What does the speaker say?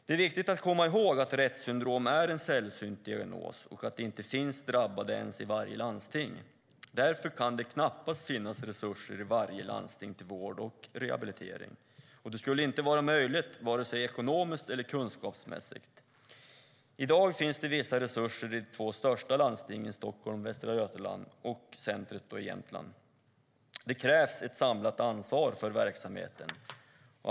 Det är viktigt att komma ihåg att Retts syndrom är en sällsynt diagnos och att det inte ens finns drabbade i varje landsting. Därför kan det knappast finnas resurser i varje landsting till vård och rehabilitering. Det skulle inte vara möjligt vare sig ekonomiskt eller kunskapsmässigt. I dag finns det vissa resurser i de två största landstingen, Stockholm och Västra Götaland, utöver centret i Jämtland. Det krävs ett samlat ansvar för verksamheten.